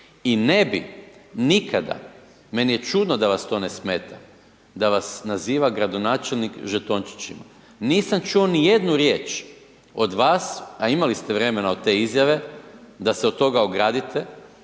I ne bi nikada, meni je čudno da vas to ne smeta, da vas naziva gradonačelnik žetončićima. Nisam čuo nijednu riječ do vas a imali ste vremena od te izjave da se od toga ogradite,